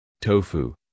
tofu